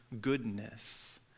goodness